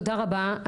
תודה רבה.